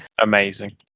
Amazing